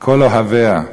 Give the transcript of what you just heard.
כל אוהביה,